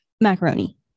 Macaroni